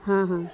ہاں ہاں